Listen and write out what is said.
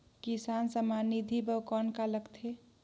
किसान सम्मान निधि बर कौन का लगथे?